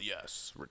yes